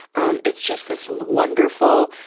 um, it's just this wonderful.